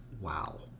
Wow